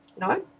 No